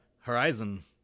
Horizon